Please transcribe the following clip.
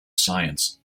science